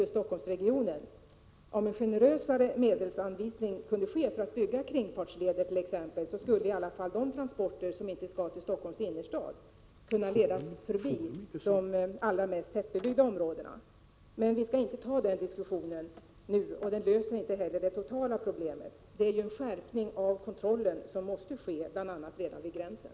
Om det blev en generösare medelsanvisning för byggande av kringfartsleder, så kunde i alla fall de transporter som inte skall till Stockholms innerstad ledas förbi de allra mest tätbebyggda områdena. Men vi skall inte ta den diskussionen nu, och den löser inte heller det totala problemet. Det är ju en skärpning av kontrollen som måste ske, bl.a. redan vid gränsen.